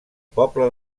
poble